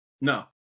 no